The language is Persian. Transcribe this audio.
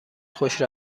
خوش